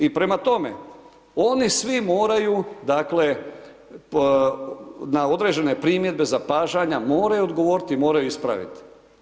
I prema tome, oni svi moraju dakle na određene primjedbe, zapažanja moraju odgovoriti i moraju ispraviti.